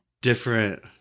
different